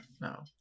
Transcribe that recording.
no